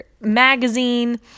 magazine